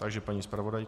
Takže paní zpravodajka.